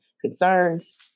concerns